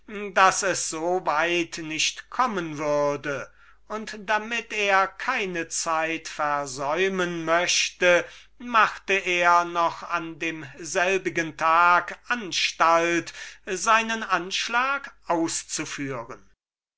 daß es so weit nicht kommen würde und damit er keine zeit versäumen möchte so machte er noch an demselbigen tag anstalt seinen anschlag auszuführen